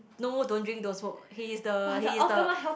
no don't drink don't smoke he is the he is the